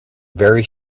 very